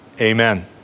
Amen